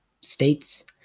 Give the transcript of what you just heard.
states